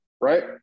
right